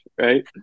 right